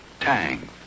Tang